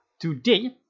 today